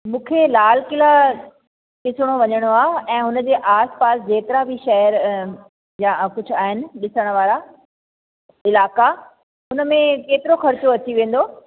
मूंखे लाल किला ॾिसण वञिणो आहे ऐं हुनजे आसपास जेतिरा बि शहर अ या कुझु आहिनि ॾिसण वारा इलाइक़ा हुनमें केतिरो ख़र्चो अची वेंदो